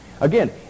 again